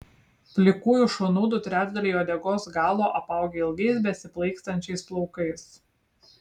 plikųjų šunų du trečdaliai uodegos galo apaugę ilgais besiplaikstančiais plaukais